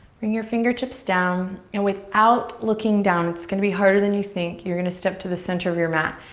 bring your fingertips down and without looking down, it's gonna be harder than you think, you're gonna step to the center of your mat.